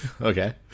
okay